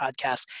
podcast